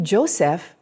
Joseph